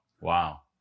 Wow